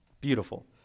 Beautiful